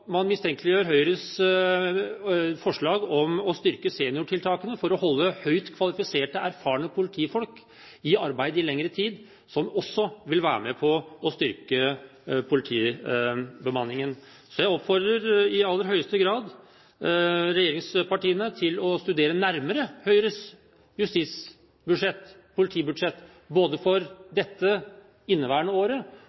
Man mistenkeliggjør Høyres forslag om å styrke seniortiltakene for å holde høyt kvalifiserte, erfarne politifolk i arbeid i lengre tid, noe som også vil være med på å styrke politibemanningen. Så jeg oppfordrer i aller høyeste grad regjeringspartiene til å studere nærmere Høyres justisbudsjett, politibudsjett, både for